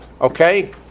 okay